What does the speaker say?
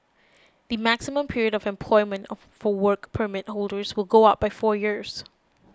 the maximum period of employment of for Work Permit holders will go up by four years